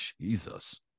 Jesus